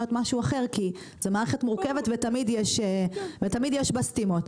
משהו אחר כי זה מערכת מורכבת ותמיד יש בה סתימות.